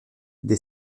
des